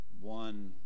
one